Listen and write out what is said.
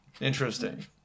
Interesting